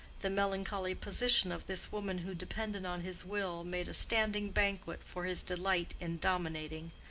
the melancholy position of this woman who depended on his will, made a standing banquet for his delight in dominating.